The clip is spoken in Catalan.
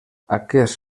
aquests